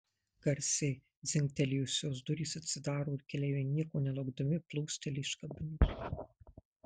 garsiai dzingtelėjusios durys atsidaro ir keleiviai nieko nelaukdami plūsteli iš kabinos